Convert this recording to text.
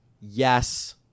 yes